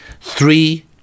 Three